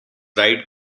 ride